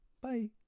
Bye